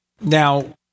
Now